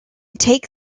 take